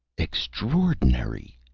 extraordinary!